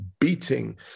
beating